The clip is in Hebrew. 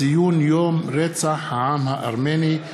ציון יום רצח העם הארמני,